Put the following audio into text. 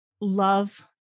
love